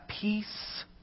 peace